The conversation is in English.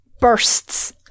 bursts